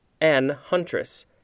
an-huntress